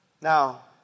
Now